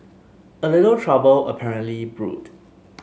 a little trouble apparently brewed